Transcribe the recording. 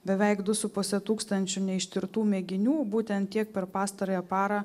beveik du su puse tūkstančių neištirtų mėginių būtent tiek per pastarąją parą